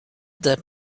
that